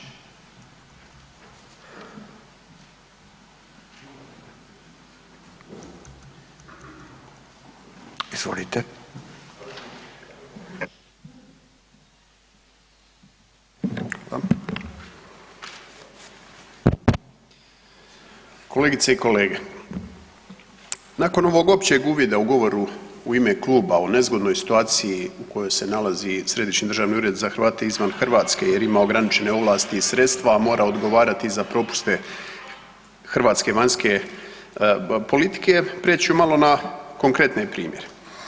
Kolegice i kolege, nakon ovog općeg uvida u govoru u ime kluba o nezgodnoj situaciji u kojoj se nalazi Središnji državni ured za Hrvate izvan Hrvatske jer ima ograničene ovlasti i sredstva, a mora odgovarati za propuste hrvatske vanjske politike prijeći ću malo na konkretne primjere.